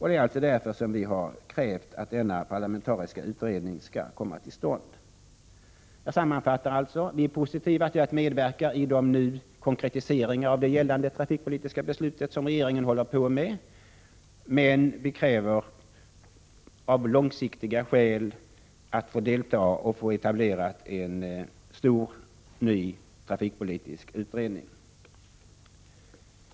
Det är således därför vi har krävt att denna parlamentariska utredning skall komma till stånd. Jag sammanfattar alltså: Vi är positiva till att medverka i konkretiseringar av gällande trafikpolitiska beslut som regeringen arbetar med, men vi kräver av skäl som har med den långsiktiga trafikpolitiken att göra att få deita i det arbetet. Vi kräver vidare att det skall etableras en stor ny trafikpolitisk utredning.